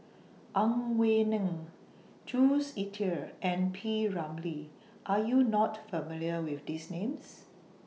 Ang Wei Neng Jules Itier and P Ramlee Are YOU not familiar with These Names